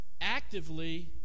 actively